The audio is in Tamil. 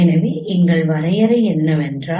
எனவே இங்கே வரையறை என்னவென்றால்